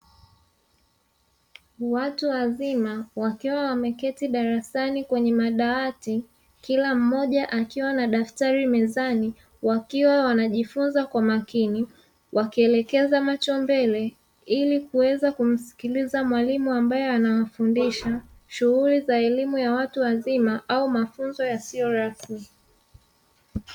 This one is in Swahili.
Watu wazima wakiwa wameketi darasani kwenye madawati, kila mmoja akiwa na daftari mezani, wakiwa wanajifunza kwa makini, wakielekeza macho mbele, ili kuweza kumsikiliza mwalimu ambaye anawafundisha shughuli za elimu ya watu wazima au mafunzo yasiyo rasmi.